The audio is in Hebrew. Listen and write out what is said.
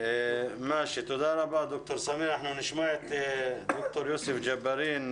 אנחנו נשמע את דוקטור יוסף ג'בארין,